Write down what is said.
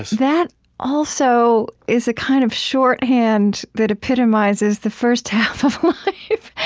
that also is a kind of shorthand that epitomizes the first half of life,